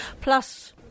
plus